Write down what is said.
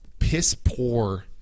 piss-poor